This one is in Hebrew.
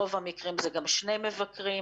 ברוב המקרים זה גם שני מבקרים.